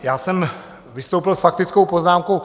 Já jsem vystoupil s faktickou poznámkou.